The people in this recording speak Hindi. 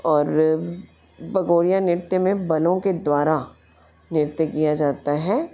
और बगोड़िया नृत्य में बनों के द्वारा नृत्य किया जाता है